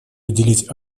уделить